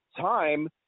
time